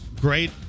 great